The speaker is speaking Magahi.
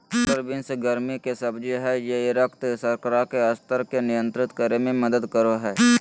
क्लस्टर बीन्स गर्मि के सब्जी हइ ई रक्त शर्करा के स्तर के नियंत्रित करे में मदद करो हइ